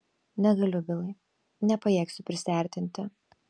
negaliu bilai nepajėgsiu prisiartinti